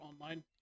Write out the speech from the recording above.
online